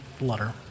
letter